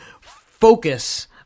focus